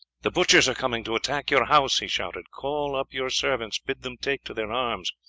the butchers are coming to attack your house! he shouted. call up your servants bid them take to their arms.